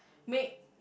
make